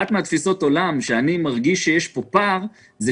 אחת מתפיסות העולם בה אני מרגיש שיש פער היא זה